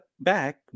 back